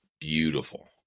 beautiful